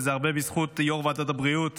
וזה הרבה בזכות יו"ר ועדת הבריאות